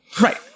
Right